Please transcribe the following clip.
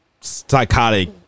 psychotic